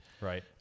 Right